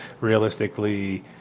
realistically